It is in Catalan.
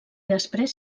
després